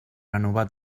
renovar